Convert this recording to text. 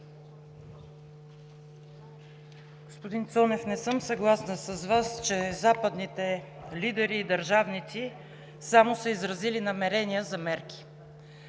Господин Цонев, не съм съгласна с Вас, че западните лидери и държавници само са изразили намерения за мерки.